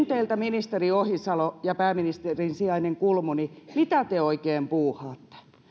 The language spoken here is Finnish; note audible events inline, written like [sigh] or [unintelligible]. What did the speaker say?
[unintelligible] teiltä ministeri ohisalo ja pääministerin sijainen kulmuni mitä te oikein puuhaatte